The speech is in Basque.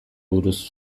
buruz